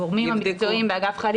הגורמים המקצועיים באגף חיילים